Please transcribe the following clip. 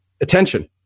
attention